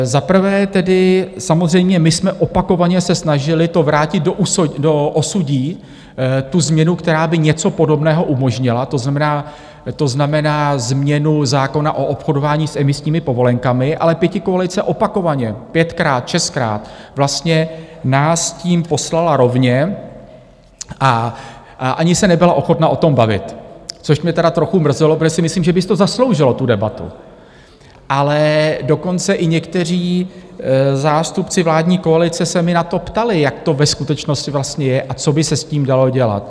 Za prvé tedy samozřejmě my jsme opakovaně se snažili to vrátit do osudí, tu změnu, která by něco podobného umožnila, to znamená změnu zákona o obchodování s emisními povolenkami, ale pětikoalice opakovaně, pětkrát, šestkrát nás s tím poslala rovně a ani se nebyla ochotna o tom bavit, což mě teda trochu mrzelo, protože si myslím, že by si to zasloužilo tu debatu, ale dokonce i někteří zástupci vládní koalice se mě na to ptali, jak to ve skutečnosti vlastně je a co by se s tím dalo dělat.